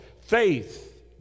faith